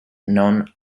known